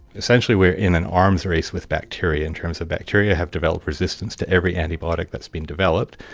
essentially we're in an arms race with bacteria in terms of bacteria have developed resistance to every antibiotic that has been developed.